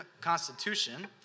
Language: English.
Constitution